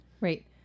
Right